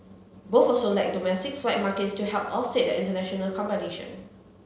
both also lack domestic flight markets to help offset the international competition